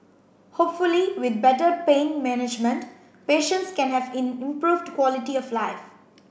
hopefully with better pain management patients can have in improved quality of life